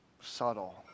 subtle